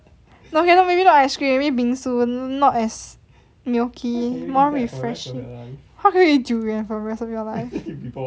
no okay maybe not ice cream maybe bingsu not as milky more refreshing how can you eat durian for the rest of your life